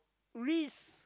reese